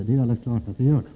Det är helt klart att den gör det.